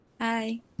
Hi